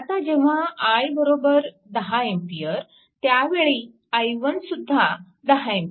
आता जेव्हा i 10A त्यावेळी i1 सुद्धा 10A